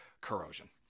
corrosion